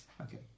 Okay